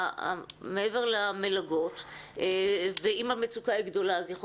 מעבר למלגות ואם המצוקה היא גדולה אז יכול